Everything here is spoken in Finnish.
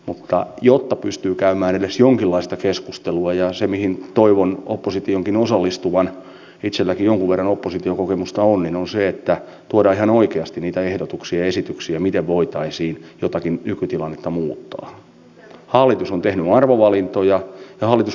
mutta jotta pystyy käymään edes jonkinlaista keskustelua ja se mihin toivon oppositionkin osallistuvan vasemmisto oppositiosta on minun syytä tuoda ihan oikeasti niitä ehdotuksia esityksiä mikä voitaisiin kilvan täällä salissa kauhisteltu jokaista leikkausta ja hallitus